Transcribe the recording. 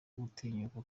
gutinyuka